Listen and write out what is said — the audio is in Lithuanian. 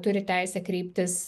turi teisę kreiptis